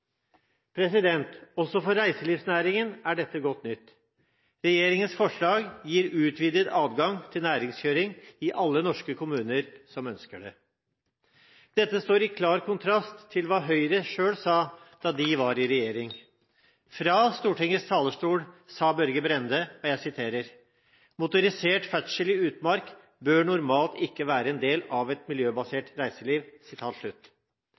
Også for reiselivsnæringen er dette godt nytt. Regjeringens forslag gir utvidet adgang til næringskjøring i alle norske kommuner som ønsker det. Dette står i klar kontrast til hva Høyre selv sa da de var i regjering. Fra Stortingets talerstol sa Børge Brende: «Motorisert ferdsel i utmark bør normalt ikke være en del av et